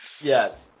Yes